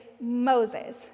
Moses